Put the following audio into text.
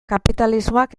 kapitalismoak